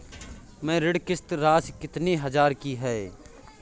मेरी ऋण किश्त राशि कितनी हजार की है?